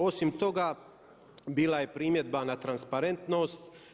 Osim toga, bila je primjedba na transparentnost.